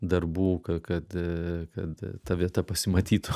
darbų kad kad ta vieta pasimatytų